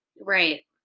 Right